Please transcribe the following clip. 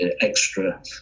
extra